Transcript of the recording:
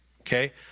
okay